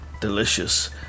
delicious